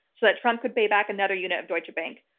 so that trump could pay back another unit of deutsche bank.